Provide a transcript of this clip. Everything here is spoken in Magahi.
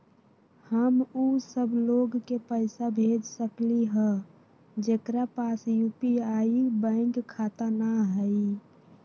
हम उ सब लोग के पैसा भेज सकली ह जेकरा पास यू.पी.आई बैंक खाता न हई?